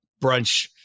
brunch